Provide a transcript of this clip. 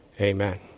amen